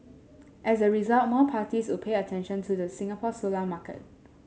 as a result more parties would pay attention to the Singapore solar market